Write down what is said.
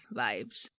vibes